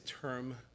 term